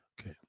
Okay